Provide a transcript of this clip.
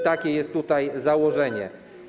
Takie jest tutaj założenie.